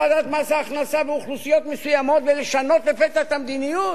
ההכנסה באוכלוסיות מסוימות ולשנות לפתע את המדיניות.